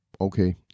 okay